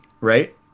right